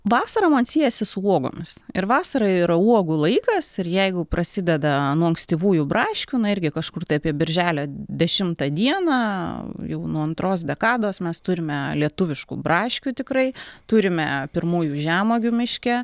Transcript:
vasara man siejasi su uogomis ir vasara yra uogų laikas ir jeigu prasideda nuo ankstyvųjų braškių na irgi kažkur tai apie birželio dešimtą dieną jau nuo antros dekados mes turime lietuviškų braškių tikrai turime pirmųjų žemuogių miške